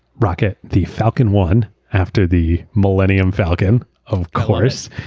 rocket the falcon one after the millenium falcon, of course.